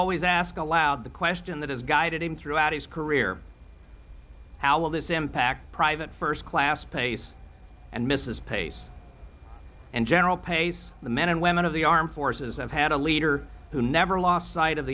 always ask aloud the question that has guided him throughout his career how will this impact private first class pay yes and mrs pace and general pace the men and women of the armed forces have had a leader who never lost sight of